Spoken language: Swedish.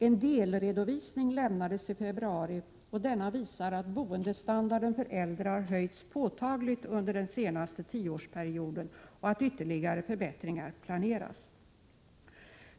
En delredovisning lämnades i februari, och denna visar att boendestandarden för äldre har höjts påtagligt under den senaste tioårsperioden samt att ytterligare förbättringar planeras.